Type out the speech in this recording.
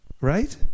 right